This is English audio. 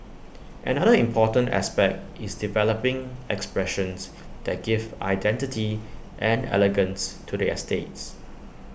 another important aspect is developing expressions that give identity and elegance to the estates